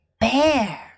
bear